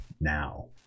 now